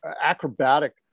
acrobatic